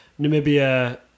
Namibia